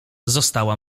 została